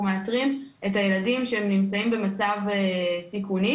מאתרים את הילדים שנמצאים במצב סיכוני,